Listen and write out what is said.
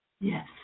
Yes